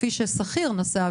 כפי ששכיר נוסע,